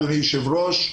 אדוני היושב-ראש,